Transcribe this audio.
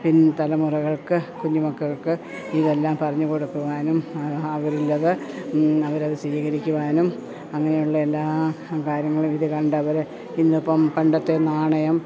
പിൻ തലമുറകൾക്ക് കുഞ്ഞു മക്കൾക്ക് ഇതെല്ലാം പറഞ്ഞു കൊടുക്കുവാനും അവരിലത് അവരത് സ്വീകരിക്കുവാനും അങ്ങനെയുള്ള എല്ലാ കാര്യങ്ങളും ഇതു കണ്ടവർ ഇന്നിപ്പം പണ്ടത്തെ നാണയം